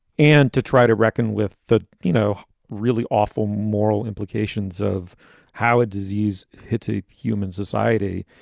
and to try to reckon with that, you know, really awful moral implications of how a disease hits a human society.